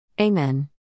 Amen